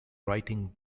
writing